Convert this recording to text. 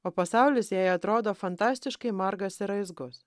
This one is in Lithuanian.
o pasaulis jai atrodo fantastiškai margas ir raizgus